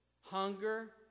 hunger